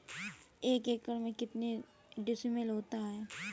एक एकड़ में कितने डिसमिल होता है?